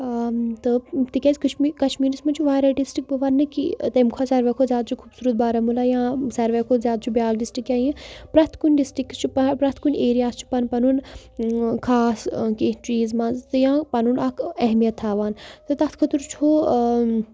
تہٕ تِکیٛازِ کشمی کشمیٖرَس منٛز چھُ واریاہ ڈِسٹِرٛک بہٕ وَننہٕ کہِ تَمہِ کھۄتہٕ ساروٕے کھۄتہٕ زیادٕ چھِ خوٗبصوٗرت بارہمولہ یا ساروٕے کھۄتہٕ زیادٕ چھِ بیٛاکھ ڈِسٹِرٛک یا یہِ پرٛٮ۪تھ کُنہِ ڈِسٹِرٛکَس چھُ پَ پرٛٮ۪تھ کُنہِ ایریاہَس چھُ پَنُن پَنُن خاص کینٛہہ چیٖز مانٛژٕ یا پَنُن اَکھ اہمیت تھاوان تہٕ تَتھ خٲطرٕ چھُ